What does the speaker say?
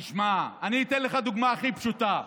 תשמע, אני אתן לך דוגמה הכי פשוטה.